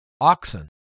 Oxen